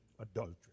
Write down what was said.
adultery